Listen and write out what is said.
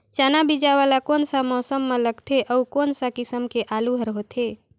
चाना बीजा वाला कोन सा मौसम म लगथे अउ कोन सा किसम के आलू हर होथे?